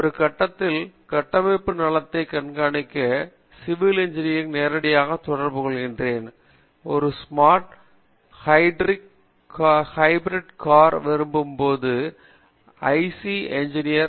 ஒரு கட்டடத்தின் கட்டமைப்பு நலத்தை கண்காணிக்க சிவில் என்ஜினியருடன் நேரடியாக தொடர்பு கொள்கிறேன் ஒரு ஸ்மார்ட் ஹைப்ரிட் கார் விரும்பும் போது ஐசி என்ஜினீயர் I